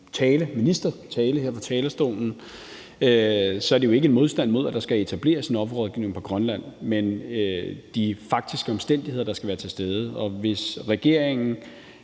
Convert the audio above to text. sagde i min tale her fra talerstolen, er vi jo ikke modstandere af, at der skal etableres en offerrådgivning på Grønland. Det handler om de faktiske omstændigheder, der skal være til stede, og hvis regeringen